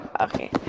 Okay